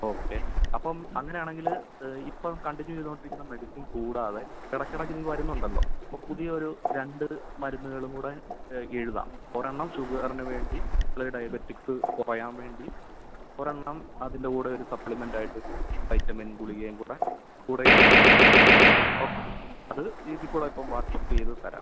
okay അപ്പം അങ്ങനെ ആണെങ്കിൾ ഇപ്പം കണ്ടിന്യൂ ചെയ്തുകൊണ്ടിരിക്കുന്ന മെഡിസിൻ കൂടാതെ എടയ്ക്ക് എടയ്ക്ക് ഇത് വരുന്നുണ്ടല്ലോ ഇപ്പോൾ പുതിയ ഒരു രണ്ട് മരുന്നുകളും കൂടെ എഴുതാം ഒരെണ്ണം ഷുഗറിന് വേണ്ടി അല്ലെങ്കിൽ ഡയബറ്റിക്സ് കുറയാൻ വേണ്ടി ഒരെണ്ണം അതിൻ്റെ കൂടെ ഒരു സപ്ലിമെൻ്റ് ആയിട്ട് ഒരു വൈറ്റമിൻ ഗുളികയും കൂടെ കൂടെ എഴുതാം ഓക്കെ അത് ഇതിൽക്കൂടി ഇപ്പോൾ വാട്ട്സ്ആപ്പ് ചെയ്തു തരാം